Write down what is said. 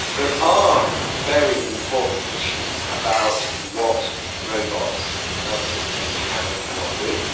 there are very important issues about what robots and other systems can and cannot do.